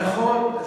נכון.